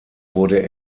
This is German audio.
wurde